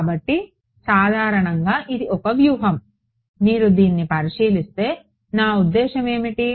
కాబట్టి సాధారణంగా ఇది ఒక వ్యూహం మీరు దీన్ని పరిశీలిస్తే నా ఉద్దేశ్యం ఏమిటి